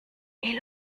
est